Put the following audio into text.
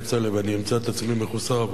ואני אמצא את עצמי מחוסר עבודה.